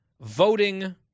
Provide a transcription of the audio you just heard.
voting